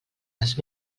les